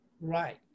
Right